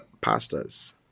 pastors